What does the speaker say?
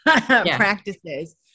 Practices